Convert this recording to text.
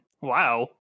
wow